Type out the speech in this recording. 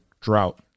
drought